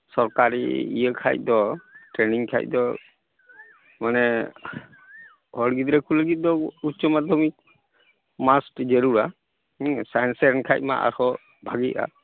ᱥᱚᱨᱠᱟᱨᱤ ᱤᱭᱟᱹ ᱠᱷᱟᱡ ᱫᱚ ᱴᱨᱮᱱᱤᱝ ᱠᱷᱟᱡ ᱫᱚ ᱢᱟᱱᱮ ᱦᱚᱲ ᱜᱤᱫᱽᱨᱟᱹ ᱠᱩ ᱞᱟᱹᱜᱤᱫ ᱫᱚ ᱩᱪᱪᱚ ᱢᱟᱫᱽᱫᱷᱚᱢᱤᱠ ᱢᱟᱥᱴ ᱡᱟᱹᱨᱩᱲᱟ ᱦᱩᱸ ᱥᱟᱭᱮᱱᱥ ᱨᱮᱱ ᱠᱷᱟᱡ ᱢᱟ ᱟᱨᱦᱚᱸ ᱵᱷᱟᱹᱜᱤᱜᱼᱟ